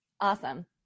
Awesome